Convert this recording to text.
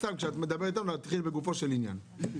כשאת מדברת איתנו תתחילי בגופו של עניין,